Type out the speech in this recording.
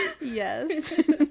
yes